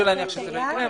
סביר להניח שזה לא יקרה.